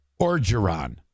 Orgeron